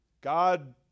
God